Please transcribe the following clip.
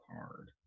hard